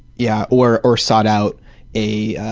yeah or or sought out a